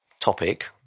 topic